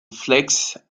flakes